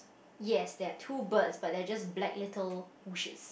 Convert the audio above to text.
yes there are two birds but they are just black little bushes